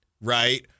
right